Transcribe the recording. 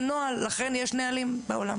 זה נוהל, לכן יש נהלים בעולם.